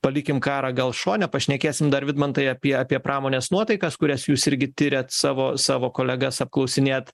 palikim karą gal šone pašnekėsim dar vidmantai apie apie pramonės nuotaikas kurias jūs irgi tiriat savo savo kolegas apklausinėt